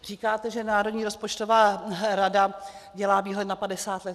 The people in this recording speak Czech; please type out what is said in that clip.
Říkáte, že Národní rozpočtová rada dělá výhled na padesát let.